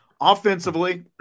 offensively –